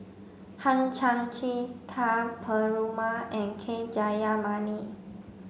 Hang Chang Chieh Ka Perumal and K Jayamani